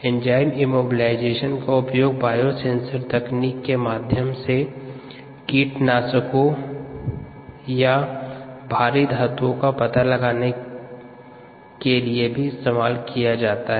enzyme immobilisation का उपयोग biosensor तकनीक के माध्यम से कीटनाशकों या भारी धातुओं का पता लगाने के लिए भी इस्तेमाल किया जा सकता है